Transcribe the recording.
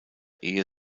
ehe